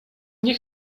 nie